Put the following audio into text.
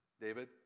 David